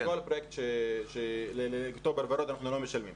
על אוקטובר ורוד אנחנו לא משלמים,